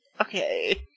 Okay